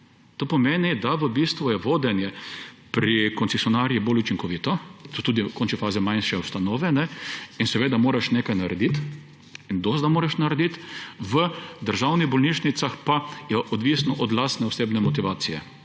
To pomeni, da v bistvu je vodenje pri koncesionarjih bolj učinkovito, so v končni fazi tudi manjše ustanove in seveda moraš nekaj narediti in dovolj, da moraš narediti. V državnih bolnišnicah pa je odvisno od lastne, osebne motivacije.